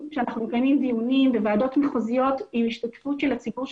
כשאנחנו מקיימים דיונים בוועדות מחוזיות שיש השתתפות של הציבור,